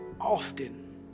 often